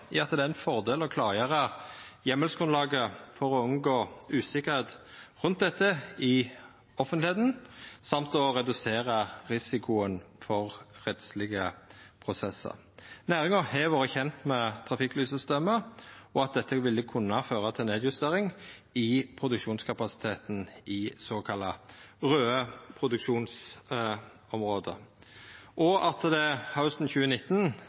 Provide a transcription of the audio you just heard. i at det er ein fordel å klargjera heimelsgrunnlaget for å unngå usikkerheit rundt dette i offentlegheita samt å redusera risikoen for rettslege prosessar. Næringa har vore kjend med trafikklyssystemet, at dette ville kunna føra til nedjustering i produksjonskapasiteten i såkalla raude produksjonsområde, og at det hausten 2019